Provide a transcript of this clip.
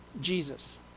Jesus